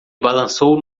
balançou